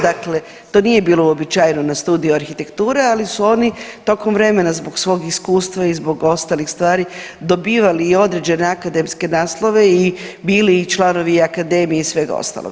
Dakle, to nije bilo uobičajeno na studiju arhitekture, ali su oni tokom vremena zbog svog iskustva i zbog ostalih stvari dobivali i određene akademske naslove i bili članovi i akademije i svega ostaloga.